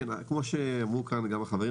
כפי שאמרו פה גם החברים,